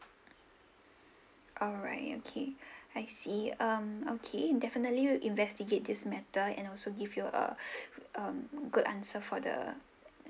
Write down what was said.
alright okay I see um okay definitely investigate this matter and also to give you uh um good answer for the